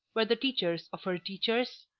were the teachers of her teachers?